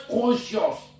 conscious